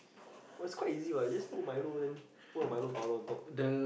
was quite easy what you just put Milo then put your Milo powder on top